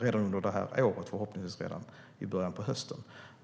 redan under det här året, förhoppningsvis redan i början av hösten.